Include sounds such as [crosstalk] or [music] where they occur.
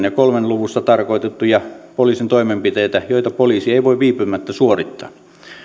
[unintelligible] ja kolmessa luvuissa tarkoitettuja poliisin toimenpiteitä joita poliisi ei voi viipymättä suorittaa